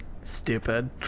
Stupid